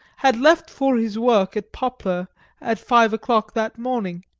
had left for his work at poplar at five o'clock that morning.